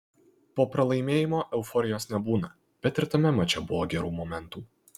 po pralaimėjimo euforijos nebūna bet ir tame mače buvo gerų momentų